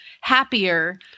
happier